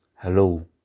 Hello